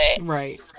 right